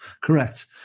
Correct